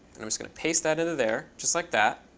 i'm just going to paste that into there just like that.